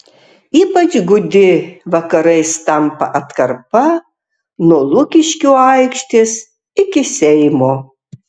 ypač gūdi vakarais tampa atkarpa nuo lukiškių aikštės iki seimo